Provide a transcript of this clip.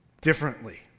differently